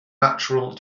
natural